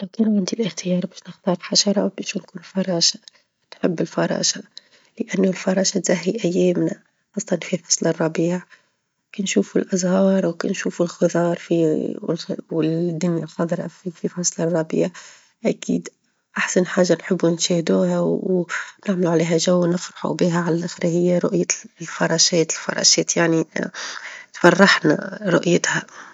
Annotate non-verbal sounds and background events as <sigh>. لو كان عندي الإختيار باش نختار حشرة باش نكون فراشة، نحب الفراشة، لأنه الفراشة تزهي أيامنا خاصة في فصل الربيع كنشوفوا الأزهار وكنشوفوا الخظار -في- <hesitation> والدنيا الخظرا في فصل الربيع، أكيد أحسن حاجة نحبوا نشاهدوها، ونعملوا عليها جو، ونفرحوا بيها علي اللخر هي رؤية الفراشات، الفراشات يعني <hesitation> تفرحنا رؤيتها.